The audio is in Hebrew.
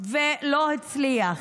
ולא הצליח.